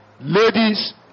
ladies